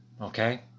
Okay